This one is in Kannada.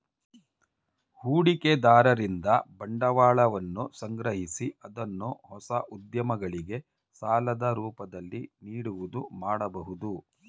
ಹೂಡಿಕೆದಾರರಿಂದ ಬಂಡವಾಳವನ್ನು ಸಂಗ್ರಹಿಸಿ ಅದನ್ನು ಹೊಸ ಉದ್ಯಮಗಳಿಗೆ ಸಾಲದ ರೂಪದಲ್ಲಿ ನೀಡುವುದು ಮಾಡಬಹುದು